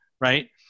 right